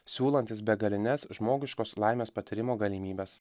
siūlantis begalines žmogiškos laimės patyrimo galimybes